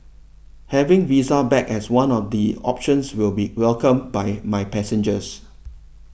having visa back as one of the options will be welcomed by my passengers